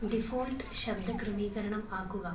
default ശബ്ദ ക്രമീകരണം ആക്കുക